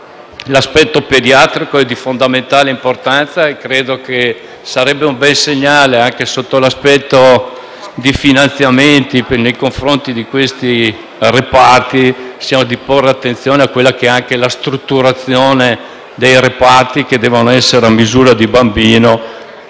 l'aspetto pediatrico è di fondamentale importanza e sarebbe un bel segnale, sotto l'aspetto dei finanziamenti nei confronti di questi reparti, porvi attenzione; mi riferisco anche alla strutturazione dei reparti che devono essere a misura di bambino.